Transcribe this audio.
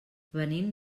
venim